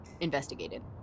investigated